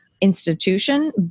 institution